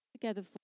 together